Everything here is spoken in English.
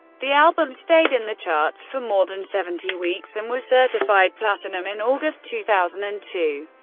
the album stayed in the charts for more than seventy weeks and was certified platinum in august two thousand and two.